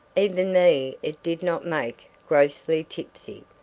even me it did not make grossly tipsy.